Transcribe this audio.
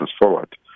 forward